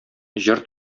җыр